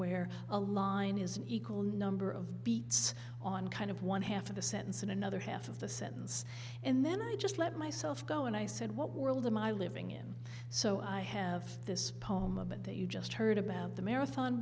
where a line is an equal number of beats on kind of one half of a sentence in another half of the sentence and then i just let myself go and i said what world are my living in so i have this poem about that you just heard about the marathon